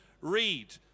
read